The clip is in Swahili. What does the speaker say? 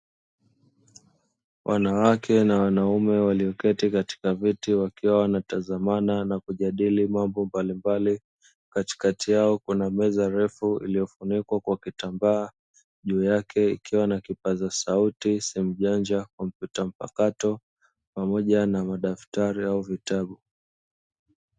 Wanawake na wanaume walioketi katika viti, wakiwa wana tazamana na kujadili mambo mbalimbali, katikati yao kuna meza refu iliyo funikwa kwa kitambaa juu yake ikiwa na kipaza sauti, simu janja, kompyuta mpakato pamoja na madaftari au vitabu.